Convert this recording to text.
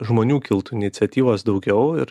žmonių kiltų iniciatyvos daugiau ir